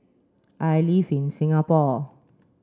I live in Singapore